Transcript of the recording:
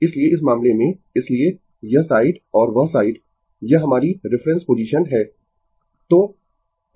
इसलिए इस मामले में इसलिए यह साइड और वह साइड यह हमारी रिफरेन्स पोजीशन है